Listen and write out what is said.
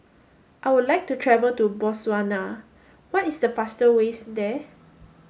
I would like to travel to Botswana what is the fastest ways there